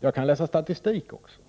Jag kan läsa statistik också.